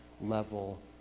level